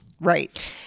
Right